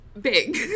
big